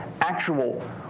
actual